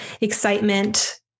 excitement